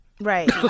Right